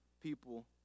people